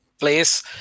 place